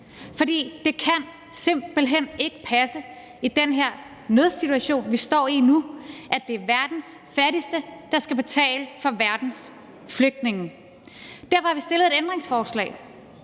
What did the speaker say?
For det kan simpelt hen ikke passe, at det i den her nødsituation, vi står i nu, er verdens fattigste, der skal betale for verdens flygtninge. Derfor har vi stillet et ændringsforslag.